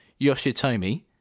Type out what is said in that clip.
Yoshitomi